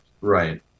Right